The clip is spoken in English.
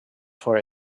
for